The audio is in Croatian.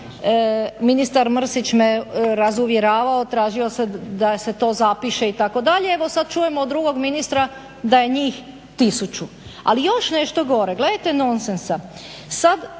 Ministar Mrsić me razuvjeravao, tražio je da se to zapiše itd. Evo sad čujemo od drugog ministra da je njih tisuću. Ali još nešto gore, gledajte nonsensa